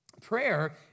Prayer